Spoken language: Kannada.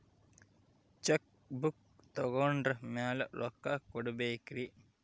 ಚೆಕ್ ಬುಕ್ ತೊಗೊಂಡ್ರ ಮ್ಯಾಲೆ ರೊಕ್ಕ ಕೊಡಬೇಕರಿ?